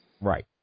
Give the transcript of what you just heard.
Right